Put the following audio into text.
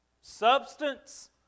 Substance